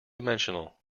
dimensional